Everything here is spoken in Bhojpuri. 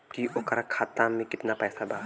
की ओकरा खाता मे कितना पैसा बा?